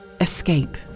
Escape